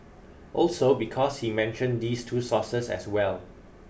also because he mentioned these two sources as well